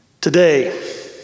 Today